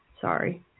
Sorry